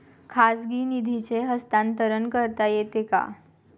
खाजगी निधीचे हस्तांतरण करता येते का?